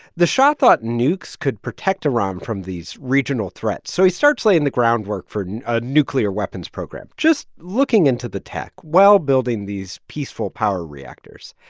the shah thought nukes could protect iran from these regional threats. so he starts laying the groundwork for a nuclear weapons program, just looking into the tech, while building these peaceful power reactors.